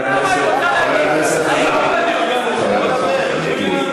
אולי תקשיב קודם למה שהיא רוצה להגיד?